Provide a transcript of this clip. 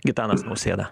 gitanas nausėda